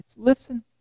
Listen